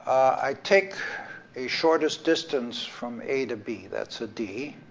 i take a shortest distance from a to b, that's a d,